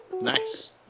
Nice